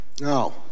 no